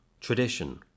Tradition